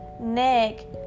Nick